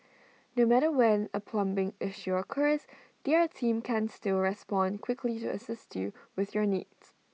no matter when A plumbing issue occurs their team can still respond quickly to assist you with your needs